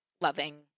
loving